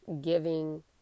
giving